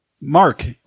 Mark